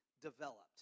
developed